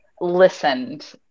listened